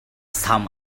sam